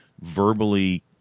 verbally